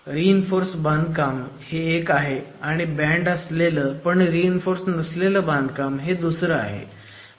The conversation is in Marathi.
रीइन्फोर्स बांधकाम हे एक आहे आणि बँड असलेलं पण रीइन्फोर्स नसलेलं बांधकाम हे दुसरं झालं